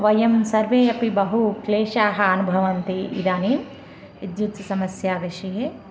वयं सर्वे अपि बहु क्लेशाः अनुभवन्ति इदानीं विद्युत् समस्या विषये